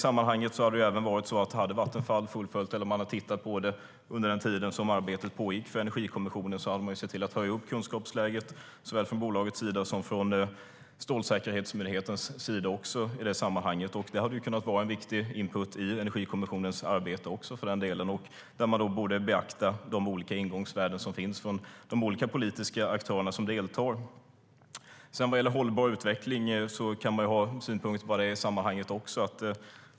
Om Vattenfall hade fullföljt detta eller tittat på det under den tid som arbetet pågick för Energikommissionen hade man sett till att höja kunskapsläget såväl från bolagets som från Strålsäkerhetsmyndighetens sida. Det hade kunnat vara viktig input i Energikommissionens arbete också, för den delen. Man borde beakta de olika ingångsvärden som finns från de olika politiska aktörer som deltar. Man kan ha synpunkter på hållbar utveckling.